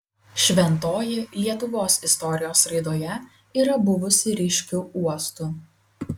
šventoji lietuvos istorijos raidoje yra buvusi ryškiu uostu